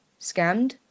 scammed